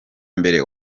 mbere